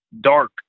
dark